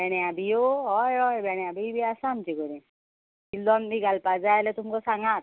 भेण्या बियो हय हय भेण्या बी बी आसा आमचे कडेन किल्लोन बी घालपा जाय जाल्यार तुमकां सांगात